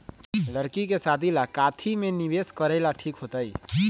लड़की के शादी ला काथी में निवेस करेला ठीक होतई?